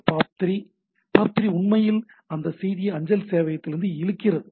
இந்த POP3 POP3 உண்மையில் அந்தச் செய்தியை அஞ்சல் சேவையகத்திலிருந்து இழுக்கிறது